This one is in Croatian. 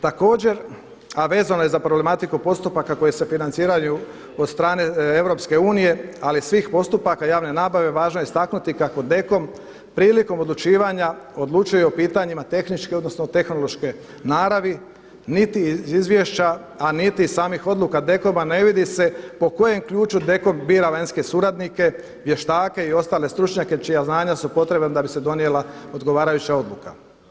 Također, a vezano je za problematiku postupaka koji se financiraju od strane Europske unije ali svih postupaka javne nabave važno je istaknuti kako DKOM prilikom odlučivanja, odlučuje o pitanjima tehničke odnosno tehnološke naravi, niti iz izvješća, a niti iz samih odluka DKOM-a ne vidi se po kojem ključu DKOM bira vanjske suradnike, vještake i ostale stručnjake čija znanja su potrebna da bi se donijela odgovarajuća odluka.